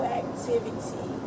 activity